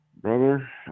brother